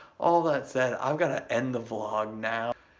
all that said, i've gotta end the vlog now.